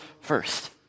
first